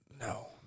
No